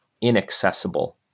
inaccessible